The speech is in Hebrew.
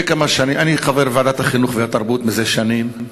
אני חבר ועדת החינוך והתרבות זה שנים.